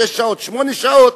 שש שעות או שמונה שעות,